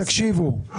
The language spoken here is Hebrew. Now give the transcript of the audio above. תקשיבו,